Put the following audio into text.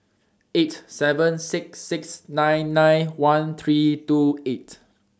eight seven six six nine nine one three two eight